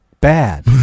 bad